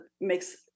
makes